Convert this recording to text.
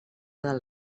del